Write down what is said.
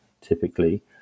typically